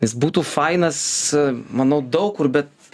jis būtų fainas manau daug kur bet